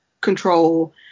control